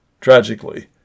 Tragically